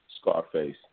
Scarface